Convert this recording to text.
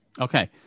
Okay